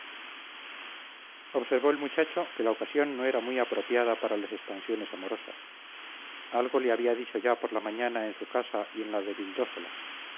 observó el muchacho que la ocasión no era muy apropiada para las expansiones amorosas algo le había dicho ya por la mañana en su casa y en la de